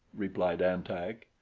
replied an-tak.